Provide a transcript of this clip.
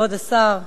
כבוד השר,